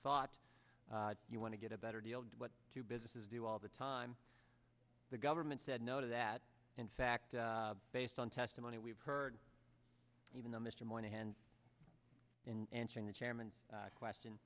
thought you want to get a better deal than what two businesses do all the time the government said no to that in fact based on testimony we've heard even though mr moynihan in answering the chairman's question